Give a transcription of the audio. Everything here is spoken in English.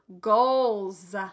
Goals